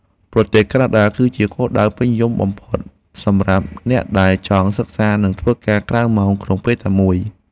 ប្រទេសកាណាដា គឺជាគោលដៅពេញនិយមបំផុតសម្រាប់អ្នកដែលចង់សិក្សានិងធ្វើការងារក្រៅម៉ោងក្នុងពេលតែមួយ។